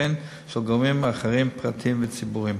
וכן של גורמים אחרים, פרטיים וציבוריים.